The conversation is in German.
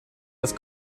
das